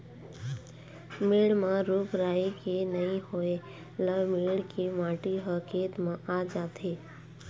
मेड़ म रूख राई के नइ होए ल मेड़ के माटी ह खेत म आ जाथे